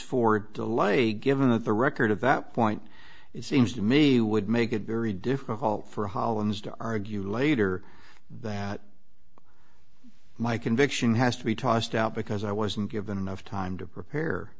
delay given that the record of that point it seems to me would make it very difficult for hollins to argue later that my conviction has to be tossed out because i wasn't given enough time to prepare